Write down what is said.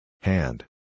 Hand